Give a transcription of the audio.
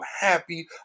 happy